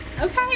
okay